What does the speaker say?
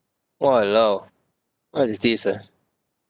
!walao! what is this ah